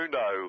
no